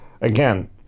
Again